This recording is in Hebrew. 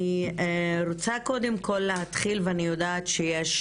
אני רוצה קודם כל להתחיל ואני יודעת שיש